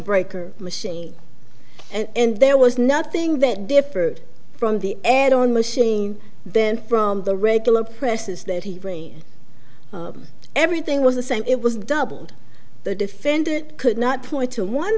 breaker machine and there was nothing that differed from the add on machine then from the regular presses that he really everything was the same it was doubled the defendant could not point to one